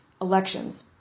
Elections